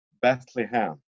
Bethlehem